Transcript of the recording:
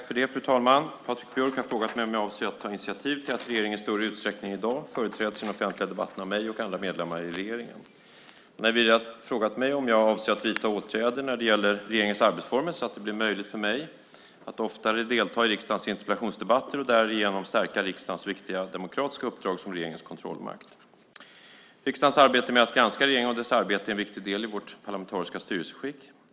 Fru talman! Patrik Björck har frågat mig om jag avser att ta initiativ till att regeringen i större utsträckning än i dag företräds i den offentliga debatten av mig och andra medlemmar i regeringen. Han har vidare frågat mig om jag avser att vidta åtgärder när det gäller regeringens arbetsformer så att det blir möjligt för mig att oftare delta i riksdagens interpellationsdebatter och därigenom stärka riksdagens viktiga demokratiska uppdrag som regeringens kontrollmakt. Riksdagens arbete med att granska regeringen och dess arbete är en viktig del i vårt parlamentariska styrelseskick.